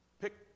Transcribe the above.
Pick